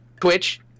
Twitch